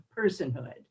personhood